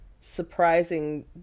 surprising